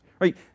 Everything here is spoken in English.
right